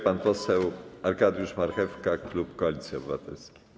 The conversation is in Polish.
Pan poseł Arkadiusz Marchewka, klub Koalicji Obywatelskiej.